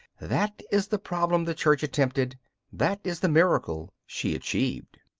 that is the problem the church attempted that is the miracle she achieved.